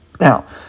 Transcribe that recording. Now